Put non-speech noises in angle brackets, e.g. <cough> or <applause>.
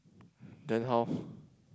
then how <breath>